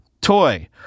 toy